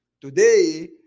Today